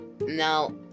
Now